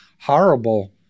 horrible